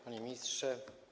Panie Ministrze!